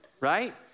Right